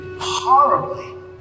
horribly